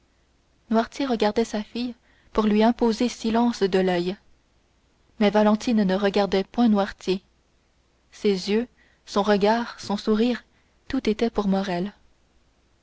noirtier regardait sa fille pour lui imposer silence de l'oeil mais valentine ne regardait point noirtier ses yeux son regard son sourire tout était pour